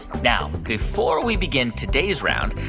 now, before we begin today's round,